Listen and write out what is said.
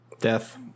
death